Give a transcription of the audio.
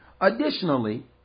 Additionally